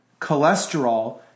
cholesterol